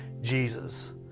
Jesus